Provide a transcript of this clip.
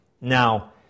Now